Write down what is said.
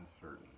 uncertain